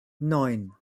neun